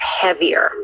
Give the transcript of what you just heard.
heavier